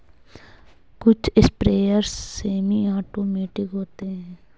कुछ sprayer semi automatic होते हैं